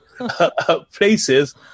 places